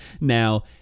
now